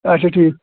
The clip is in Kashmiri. اَچھا ٹھیٖک